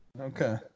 Okay